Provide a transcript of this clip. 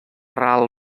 real